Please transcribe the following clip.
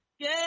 Good